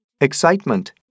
Excitement